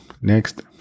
Next